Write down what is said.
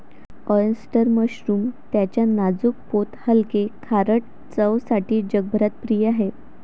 oyster mushroom त्याच्या नाजूक पोत हलके, खारट चवसाठी जगभरात प्रिय आहे